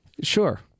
Sure